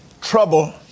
trouble